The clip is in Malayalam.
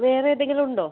വേറെയെതെങ്കിലും ഉണ്ടോ